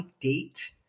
date